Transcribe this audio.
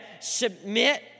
submit